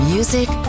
Music